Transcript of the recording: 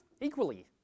equally